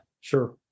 sure